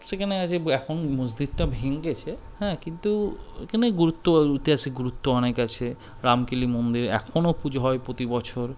সেখানে আছে এখন মসজিদটা ভেঙে গিয়েছে হ্যাঁ কিন্তু এখানে গুরুত্ব ঐতিহাসিক গুরুত্ব অনেক আছে রামকেলি মন্দিরে এখনও পুজো হয় প্রতি বছর